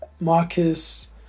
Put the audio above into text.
marcus